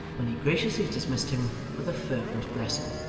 when he graciously dismissed him with a fervent blessing.